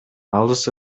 алыс